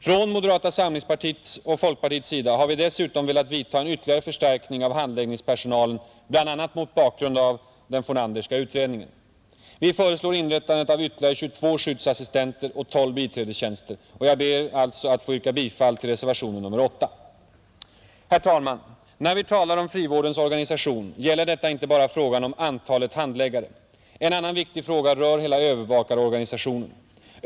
Från moderata samlingspartiets och folkpartiets sida har vi dessutom velat vidta en ytterligare förstärkning av handläggningspersonalen bl.a. mot bakgrund av den Fornanderska utredningen. Vi föreslår inrättandet av ytterligare 22 skyddsassistenter och 12 biträdestjänster. Jag ber att få yrka bifall till reservationen 8. Herr talman! När vi talar om frivårdens organisation gäller detta inte bara frågan om antalet handläggare. En annan viktig fråga rör hela övervakarorganisationen.